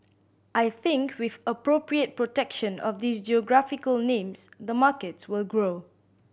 I think with appropriate protection of these geographical names the markets will grow